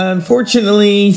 Unfortunately